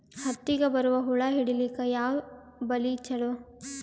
ಹತ್ತಿಗ ಬರುವ ಹುಳ ಹಿಡೀಲಿಕ ಯಾವ ಬಲಿ ಚಲೋ?